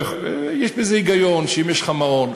יש בזה היגיון שאם יש לך מעון,